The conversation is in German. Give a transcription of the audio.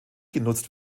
genutzt